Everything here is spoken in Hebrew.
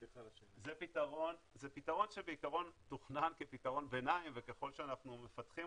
זה פתרון שבעקרון תוכנן כפתרון ביניים וככל שאנחנו מפתחים